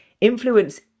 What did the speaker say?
Influence